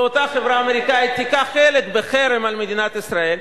ואותה חברה אמריקנית תיקח חלק בחרם על מדינת ישראל,